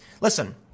listen